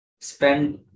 spend